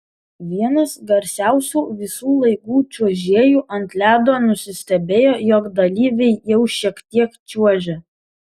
vienas garsiausių visų laikų čiuožėjų ant ledo nusistebėjo jog dalyviai jau šiek tiek čiuožia